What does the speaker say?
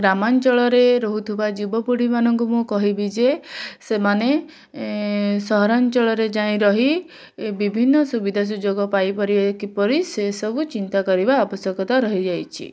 ଗ୍ରାମାଞ୍ଚଳରେ ରହୁଥିବା ଯୁବପିଢ଼ି ମାନଙ୍କୁ ମୁଁ କହିବି ଯେ ସେମାନେ ଏ ସହରାଞ୍ଚଳରେ ଯାଇ ରହି ଏ ବିଭିନ୍ନ ସୁବିଧା ସୁଯୋଗ ପାଇପାରିବେ କିପରି ସେସବୁ ଚିନ୍ତା କରିବା ଆବଶ୍ୟକତା ରହିଯାଇଛି